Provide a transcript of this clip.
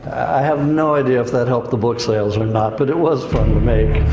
i have no idea if that helped the book sales or not, but it was fun to make.